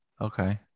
Okay